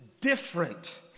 different